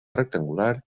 rectangular